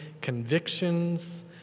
convictions